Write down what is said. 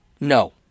no